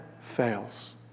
fails